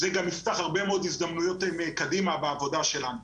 זה גם יפתח הרבה מאוד הזדמנויות קדימה בעבודה שלנו.